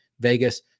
Vegas